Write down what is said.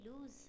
lose